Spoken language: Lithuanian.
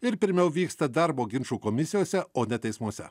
ir pirmiau vyksta darbo ginčų komisijose o ne teismuose